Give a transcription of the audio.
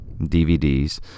DVDs